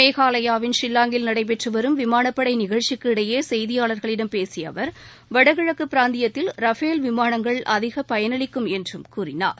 மேகலாயாவின் ஷில்லாங்கில் நடைபெற்று வரும் விமானப்படை நிகழ்ச்சிக்கு இடையே செய்தியாளர்களிடம் பேசிய அவர் வடகிழக்கு பிராந்தியத்தில் ரபேல் விமானங்கள் அதிக பயனளிக்கும் என்றும் கூறினார்